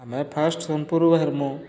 ଆମେ ଫାଷ୍ଟ୍ ସୋନ୍ପୁରୁ ବାହାରମୁ